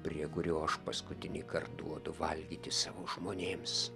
prie kurio aš paskutinįkart duodu valgyti savo žmonėms